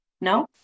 No